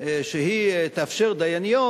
שתאפשר דייניות,